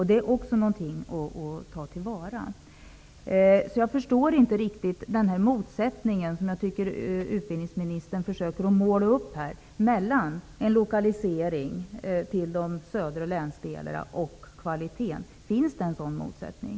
Det är också något att ta till vara på. Jag förstår inte riktigt motsättningen som utbildningsministern försöker att måla upp mellan en lokalisering till de södra länsdelarna och kvaliteten. Finns det någon sådan motsättning?